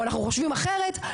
או אנחנו חושבים אחרת.